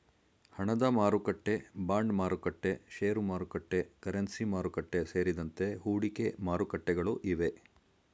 ಹಣದಮಾರುಕಟ್ಟೆ, ಬಾಂಡ್ಮಾರುಕಟ್ಟೆ, ಶೇರುಮಾರುಕಟ್ಟೆ, ಕರೆನ್ಸಿ ಮಾರುಕಟ್ಟೆ, ಸೇರಿದಂತೆ ಹೂಡಿಕೆ ಮಾರುಕಟ್ಟೆಗಳು ಇವೆ